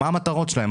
מה המטרות שלהם,